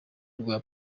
rwa